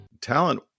Talent